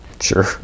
sure